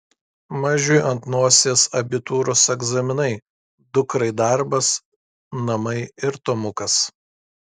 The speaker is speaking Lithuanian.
mažiui ant nosies abitūros egzaminai dukrai darbas namai ir tomukas